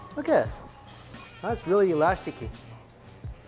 okay that's really elasticy